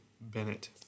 Bennett